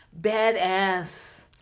badass